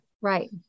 Right